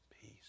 peace